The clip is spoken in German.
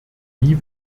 nie